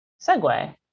segue